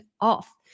off